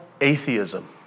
atheism